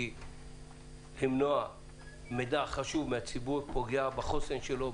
כי למנוע מידע חשוב מהציבור פוגע בחוסן שלו,